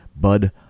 Bud